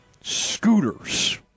Scooters